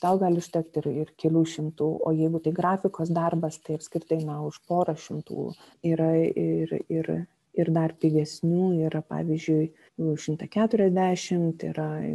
tau gali užtekt ir irkelių šimtų o jeigu tai grafikos darbas tai apskritai na už porą šimtų yra ir ir ir dar pigesnių yra pavyzdžiui už šimtą keturiasdešimt yra